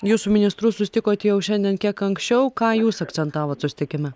jūs su ministru susitikot jau šiandien kiek anksčiau ką jūs akcentavot susitikime